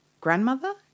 grandmother